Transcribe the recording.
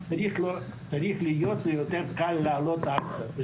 צריך להיות לו יותר קל לעלות ארצה.